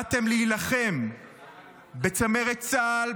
באתם להילחם בצמרת צה"ל,